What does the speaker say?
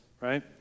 right